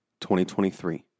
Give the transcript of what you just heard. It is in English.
2023